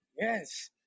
yes